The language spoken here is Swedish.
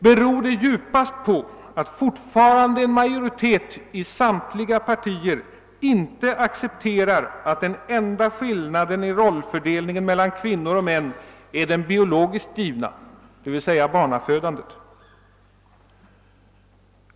Beror det djupast på att fortfarande en majoritet i samtliga partier inte accepterar att den enda skillnaden i rollfördelningen mellan kvinnor och män är den biologiskt givna, dvs. barnafödandet?